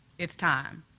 it's time.